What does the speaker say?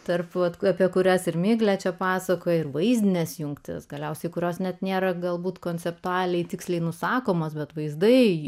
tarp kurių apie kurias ir miglė čia pasakoja ir vaizdinės jungtys galiausiai kurios net nėra galbūt konceptualiai tiksliai nusakomos bet vaizdai